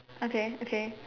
okay okay